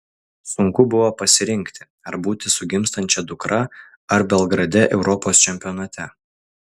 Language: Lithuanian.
sunku buvo pasirinkti ar būti su gimstančia dukra ar belgrade europos čempionate